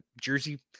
Jersey